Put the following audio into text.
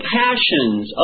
passions